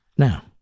Now